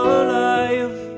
alive